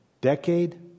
decade